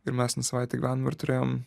ir mes ten savaitę gyvenom ir turėjom